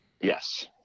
Yes